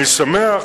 אני שמח